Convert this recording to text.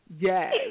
Yes